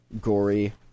gory